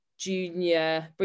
junior